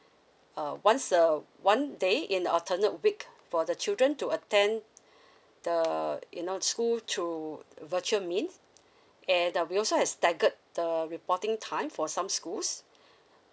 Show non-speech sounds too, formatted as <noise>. uh once a one day in the alternate week for the children to attend <breath> the you know school to virtual means and uh we also have staggered the reporting time for some schools <breath>